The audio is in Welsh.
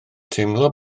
teimlo